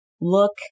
look